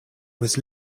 was